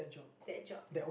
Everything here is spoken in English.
that job